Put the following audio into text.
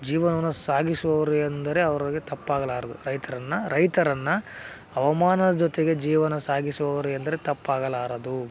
ಜೀವನವನ್ನ ಸಾಗಿಸುವವರು ಎಂದರೆ ಅವರಿಗೆ ತಪ್ಪಾಗಲಾರದು ರೈತರನ್ನು ರೈತರನ್ನು ಹವಮಾನ ಜೊತೆಗೆ ಜೀವನ ಸಾಗಿಸುವವರು ಎಂದರೆ ತಪ್ಪಾಗಲಾರದು